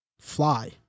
fly